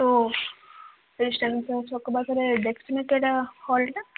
ଓ ସେଇ ଛକ ପାଖରେ ଦେଖିନୁ କି ସେଇଟା ହଲଟା